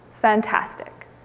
fantastic